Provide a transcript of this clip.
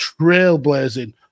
trailblazing